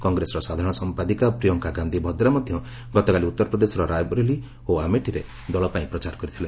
କଂଗ୍ରେସର ସାଧାରଣ ସମ୍ପାଦିକ ପ୍ରିୟଙ୍କା ଗାନ୍ଧୀ ଭଦ୍ରା ମଧ୍ୟ ଗତକାଲି ଉତ୍ତରପ୍ରଦେଶର ରାୟବରେଲି ଓ ଆମେଠିରେ ଦଳ ପାଇଁ ପ୍ରଚାର କରିଥିଲେ